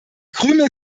krümel